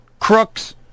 Crooks